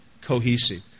cohesive